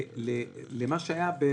אז זה מה שעשינו,